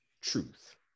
truth